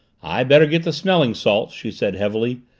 i'd better get the smelling salts, she said heavily.